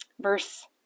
Verse